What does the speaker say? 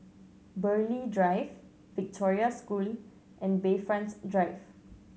Burghley Drive Victoria School and Bayfront Drive